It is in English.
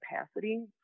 capacity